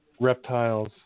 reptiles